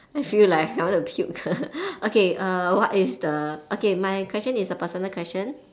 I feel like I want to puke okay err what is the okay my question is a personal question